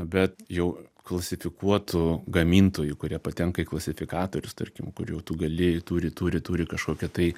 bet jau klasifikuotų gamintojų kurie patenka į klasifikatorius tarkim kur jau tu gali turi turi turi kažkokią tai